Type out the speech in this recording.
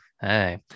Hey